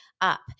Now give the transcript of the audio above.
up